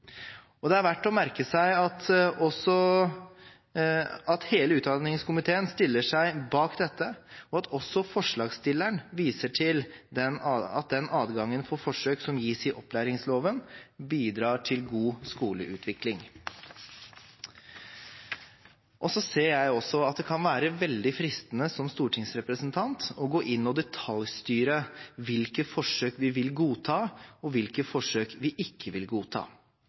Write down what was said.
Det er verdt å merke seg at hele utdanningskomiteen stiller seg bak dette, og at også forslagsstillerne viser til at adgangen til forsøk som gis i opplæringsloven, bidrar til god skoleutvikling. Jeg ser at som stortingsrepresentant kan det være veldig fristende å gå inn og detaljstyre hvilke forsøk vi vil godta, og hvilke forsøk vi ikke vil godta.